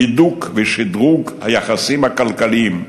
הידוק ושדרוג של היחסים הכלכליים,